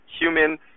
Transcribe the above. human